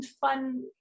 fun